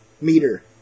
meter